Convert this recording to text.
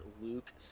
Luke